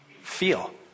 feel